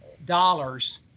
dollars